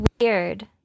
weird